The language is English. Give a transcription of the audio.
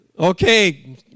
Okay